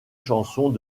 chansons